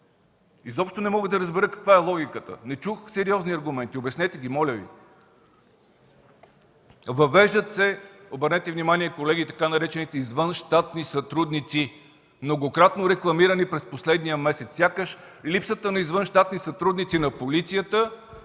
Изобщо не мога да разбера каква е логиката. Не чух сериозни аргументи. Обяснете ги, моля Ви. Обърнете внимание, колеги, че се въвеждат така наречените „извънщатни сътрудници”, многократно рекламирани през последния месец, сякаш липсата на извънщатни сътрудници на полицията